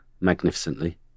magnificently